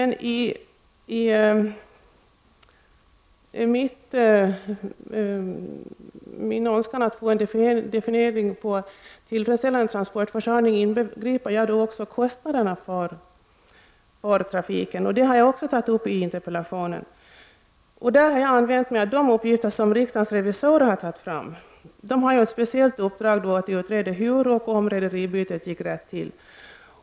I min önskan om att få en definition på begreppet ”tillfredsställande transportförsörjning” inbegriper jag även kostnaderna för trafiken, vilket jag också har tagit upp i interpellationen. Jag använder mig där av de uppgifter som riksdagens revisorer har tagit fram. De har ett särskilt uppdrag att utreda hur rederibytet gick till och om det gick rätt till.